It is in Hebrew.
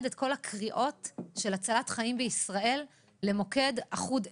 את כל הקריאות של הצלת חיים בישראל למוקד אחוד אחד,